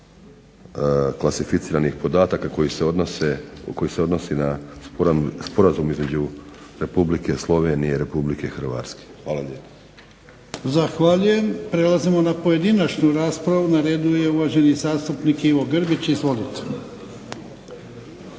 klasificiranih podataka koji se odnosi na sporazum između RH i Republike Slovenije. Hvala lijepa. **Jarnjak, Ivan (HDZ)** Zahvaljujem. Prelazimo na pojedinačnu raspravu. Na redu je uvaženi zastupnik Ivo Grbić. Izvolite.